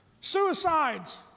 suicides